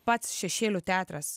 pats šešėlių teatras